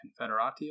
Confederatio